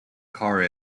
car